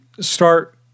start